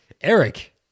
Eric